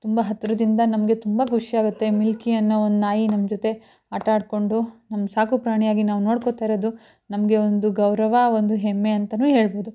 ತುಂಬ ಹತ್ತಿರದಿಂದ ನಮಗೆ ತುಂಬ ಖುಷಿಯಾಗುತ್ತೆ ಮಿಲ್ಕಿಯನ್ನೋ ಒಂದು ನಾಯಿ ನಮ್ಮ ಜೊತೆ ಆಟಾಡಿಕೊಂಡು ನಮ್ಮ ಸಾಕು ಪ್ರಾಣಿಯಾಗಿ ನಾವು ನೋಡ್ಕೊತಾಯಿರೋದು ನಮಗೆ ಒಂದು ಗೌರವ ಒಂದು ಹೆಮ್ಮೆ ಅಂತಲೂ ಹೇಳ್ಬೋದು